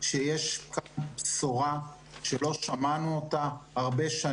שיש בשורה שהרבה שנים לא שמענו אותה.